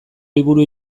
liburu